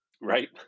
right